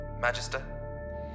Magister